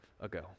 ago